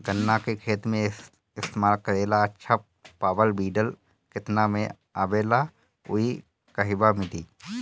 गन्ना के खेत में इस्तेमाल करेला अच्छा पावल वीडर केतना में आवेला अउर कहवा मिली?